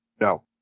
No